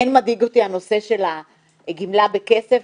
כן מדאיג אותי הנושא של הגמלה בכסף.